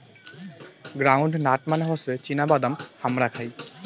ground nut মানে হসে চীনা বাদাম হামরা খাই